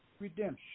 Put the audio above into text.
redemption